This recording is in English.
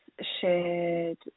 shared